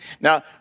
Now